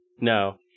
No